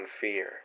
fear